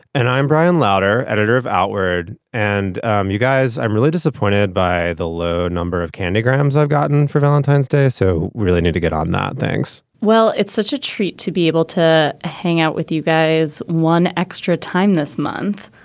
and i'm brian lauter, editor of outward. and um you guys, i'm really disappointed by the low number of candy grams i've gotten for valentine's day. so we really need to get on that. thanks well, it's such a treat to be able to hang out with you guys one extra time this month.